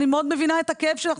אני מאוד מבינה את הכאב שלך,